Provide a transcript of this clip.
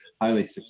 Highly